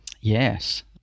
Yes